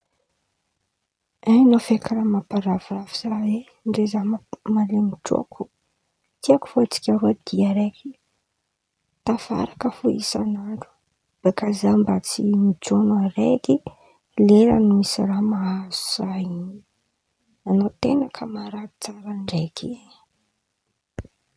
Hain̈ao feky raha mamparavoravo zaho e ndre Zaho ma- malemy trôko tiako fo atsika aroe dia araiky, tafaraka fo isan'andra beka zaho tsy mijon̈o araiky leran̈y misy raha mahazo za in̈y, an̈ao ten̈a kamarady tsara ndraiky.